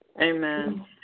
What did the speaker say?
Amen